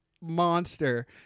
monster